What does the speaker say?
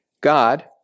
God